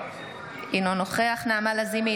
אינו נוכח נעמה לזימי,